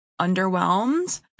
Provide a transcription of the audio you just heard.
underwhelmed